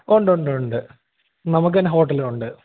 ഉണ്ടുണ്ടുണ്ട് നമുക്കുതന്നെ ഹോട്ടലുമുണ്ട്